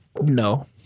No